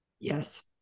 Yes